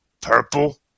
Purple